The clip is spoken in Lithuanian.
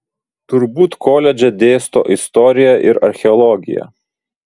turbūt koledže dėsto istoriją ir archeologiją